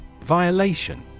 Violation